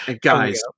guys